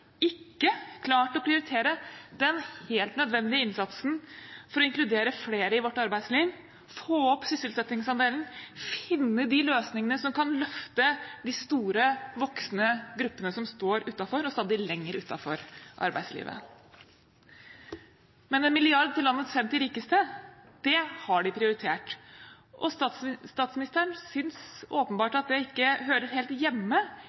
ikke klart å prioritere den helt nødvendige innsatsen for å inkludere flere i vårt arbeidsliv, få opp sysselsettingsandelen og finne de løsningene som kan løfte de store, voksende gruppene som står utenfor og stadig lenger utenfor arbeidslivet. Men en milliard til landets 50 rikeste har de prioritert, og statsministeren synes åpenbart at det ikke hører helt hjemme